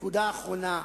נקודה אחרונה,